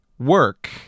Work